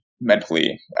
mentally